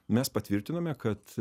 mes patvirtinome kad